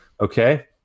Okay